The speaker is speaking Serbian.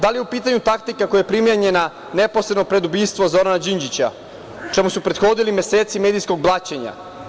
Da li je u pitanju taktika koja je primenjena neposredno pred ubistvo Zorana Đinđića, čemu su prethodili meseci medijskog blaćenja?